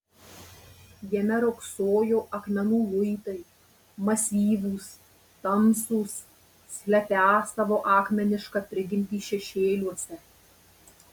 jame riogsojo akmenų luitai masyvūs tamsūs slepią savo akmenišką prigimtį šešėliuose